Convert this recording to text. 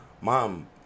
mom